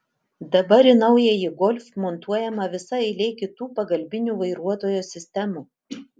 dabar į naująjį golf montuojama visa eilė kitų pagalbinių vairuotojo sistemų